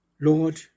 Lord